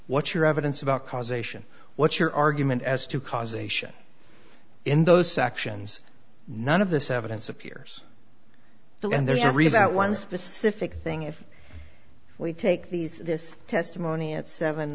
what's your evidence about causation what's your argument as to causation in those sections none of this evidence appears the and there's a reason that one specific thing if we take these this testimony at seven